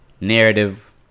narrative